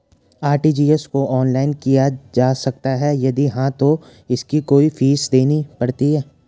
RTGS को online किया जा सकता है यदि हाँ तो इसकी कोई फीस देनी पड़ती है?